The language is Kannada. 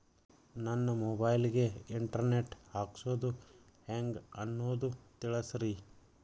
ನನ್ನ ಮೊಬೈಲ್ ಗೆ ಇಂಟರ್ ನೆಟ್ ಹಾಕ್ಸೋದು ಹೆಂಗ್ ಅನ್ನೋದು ತಿಳಸ್ರಿ